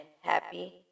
happy